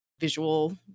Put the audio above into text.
visual